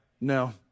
No